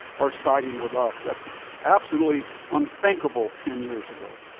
are siding with us. that's absolutely unthinkable ten years ago.